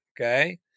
okay